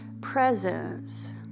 presence